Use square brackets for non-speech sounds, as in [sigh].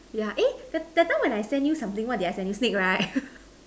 yeah hey that that time when I sent you something what did I sent you snake right [laughs]